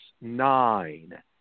nine